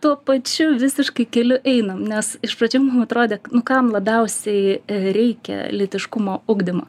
aha tuo pačiu visiškai keliu einam nes iš pradžių mum atrodė nu kam labiausiai reikia lytiškumo ugdymo